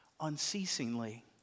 unceasingly